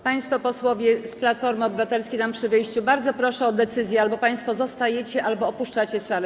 Państwo posłowie z Platformy Obywatelskiej tam przy wyjściu, bardzo proszę o decyzję: albo państwo zostajecie, albo opuszczacie salę.